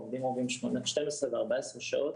הרופאים עובדים 12 ו-14 שעות,